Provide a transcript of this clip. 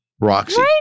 Roxy